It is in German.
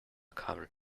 kabel